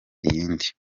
iyindi